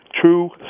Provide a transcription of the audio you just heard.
true